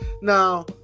now